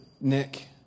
Nick